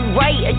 right